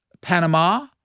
Panama